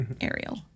Ariel